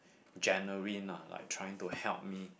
genuine lah like trying to help me